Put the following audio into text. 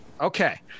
okay